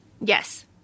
yes